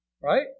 Right